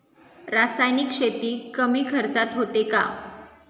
रासायनिक शेती कमी खर्चात होते का?